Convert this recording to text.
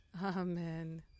Amen